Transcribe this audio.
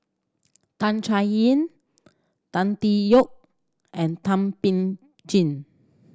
Tan Chay Yan Tan Tee Yoke and Thum Ping Tjin